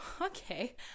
okay